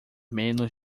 menos